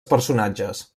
personatges